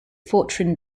fortran